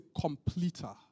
completer